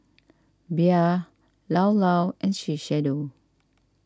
Bia Llao Llao and Shiseido